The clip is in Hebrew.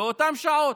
באותן שעות.